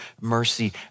mercy